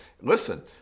Listen